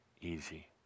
easy